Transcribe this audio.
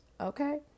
okay